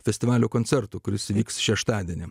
festivalio koncertų kuris vyks šeštadienį